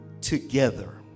together